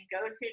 go-to